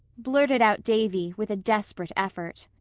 blurted out davy, with a desperate effort.